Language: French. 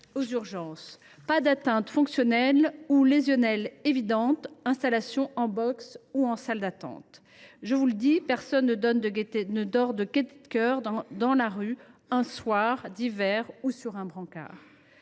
aux urgences :« pas d’atteinte fonctionnelle ou lésionnelle évidente », installation en « box ou salle d’attente ». Personne – je vous l’assure – ne dort de gaieté de cœur dans la rue un soir d’hiver ou sur un brancard.